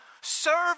serve